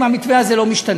אם המתווה הזה לא משתנה,